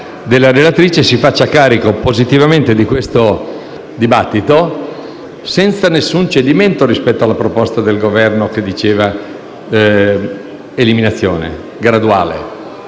della relatrice si faccia positivamente carico di questo dibattito, senza alcun cedimento rispetto alla proposta del Governo, che parlava di eliminazione graduale.